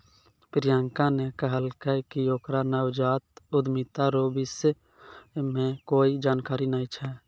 प्रियंका ने कहलकै कि ओकरा नवजात उद्यमिता रो विषय मे कोए जानकारी नै छै